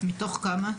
מתוך כמה?